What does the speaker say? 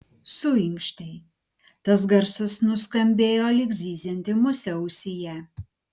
suinkštei tas garsas nuskambėjo lyg zyzianti musė ausyje